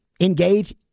engage